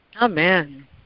Amen